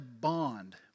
bond